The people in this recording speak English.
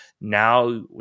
now